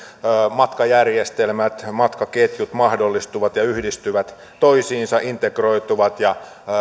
matkajärjestelmät matkaketjut mahdollistuvat ja yhdistyvät toisiinsa integroituvat ja